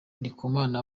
ndikumana